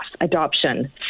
adoption